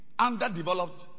Underdeveloped